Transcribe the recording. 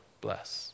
bless